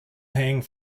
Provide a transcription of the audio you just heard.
hang